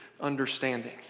understanding